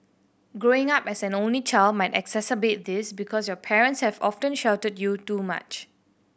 growing up as an only child might exacerbate this because your parents have often sheltered you too much